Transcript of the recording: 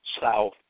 south